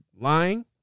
lying